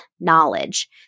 knowledge